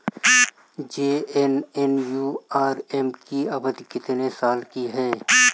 JNNURM की अवधि कितने साल की है?